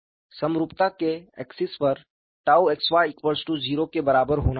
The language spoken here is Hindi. समरूपता के अक्ष पर 𝝉xy0 के बराबर होना चाहिए